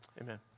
Amen